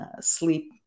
sleep